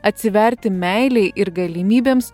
atsiverti meilei ir galimybėms